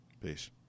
Peace